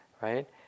right